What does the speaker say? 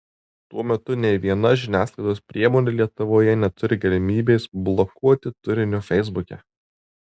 tuo metu nei viena žiniasklaidos priemonė lietuvoje neturi galimybės blokuoti turinio feisbuke